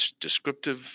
descriptive